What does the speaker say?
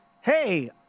hey